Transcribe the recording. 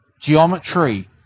geometry